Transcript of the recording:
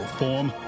form